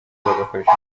bagakoresha